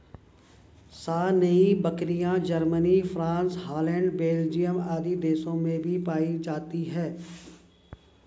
सानेंइ बकरियाँ, Germany, France, Holland, Belgium आदि देशों में भी पायी जाती है